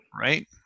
right